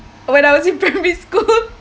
when I was in primary school